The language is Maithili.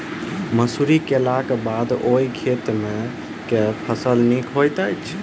मसूरी केलाक बाद ओई खेत मे केँ फसल नीक होइत छै?